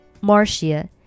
Marcia